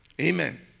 Amen